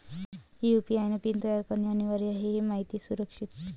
UPI PIN तयार करणे अनिवार्य आहे हे माहिती सुरक्षित